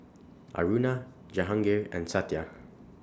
Aruna Jahangir and Satya